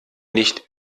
nicht